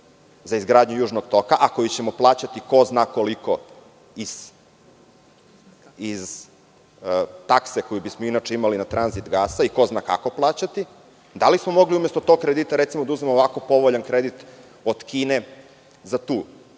za izgradnju Južnog toka, a koji ćemo plaćati ko zna koliko iz takse koju bismo inače imali na tranzit gasa i ko zna kako plaćati, da li smo mogli umesto tog kredita da uzmemo ovako povoljan kredit od Kine za tu